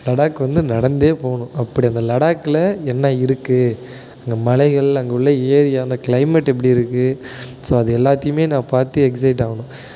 லடாக் வந்து நடந்தே போகணும் அப்படி அந்த லடாகில் என்ன இருக்குது அங்கே மலைகள் அங்கே உள்ள ஏரியா அந்த கிளைமேட் எப்படி இருக்குது ஸோ அது எல்லாத்தையும் நான் பார்த்து எக்சைட் ஆகணும்